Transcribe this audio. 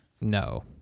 No